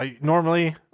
Normally